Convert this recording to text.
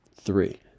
Three